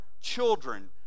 children